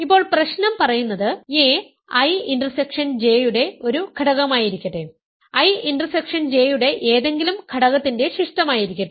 ഇപ്പോൾ പ്രശ്നം പറയുന്നത് a I ഇന്റർസെക്ഷൻ J യുടെ ഒരു ഘടകമായിരിക്കട്ടെ I ഇന്റർസെക്ഷൻ J യുടെ ഏതെങ്കിലും ഘടകത്തിന്റെ ശിഷ്ടമായിരിക്കട്ടെ